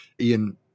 ian